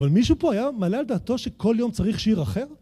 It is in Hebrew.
אבל מישהו פה היה מעלה על דעתו שכל יום צריך שיר אחר?